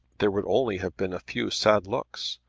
there would only have been a few sad looks,